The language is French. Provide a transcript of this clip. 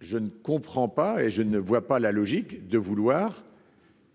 Je ne comprends pas et je ne vois pas la logique de vouloir.